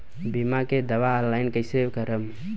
बीमा के दावा ऑनलाइन कैसे करेम?